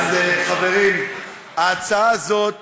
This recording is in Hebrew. אז חברים, ההצעה הזאת